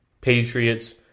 Patriots